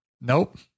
Nope